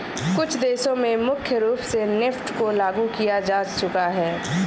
कुछ देशों में मुख्य रूप से नेफ्ट को लागू किया जा चुका है